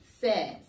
says